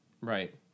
Right